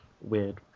weird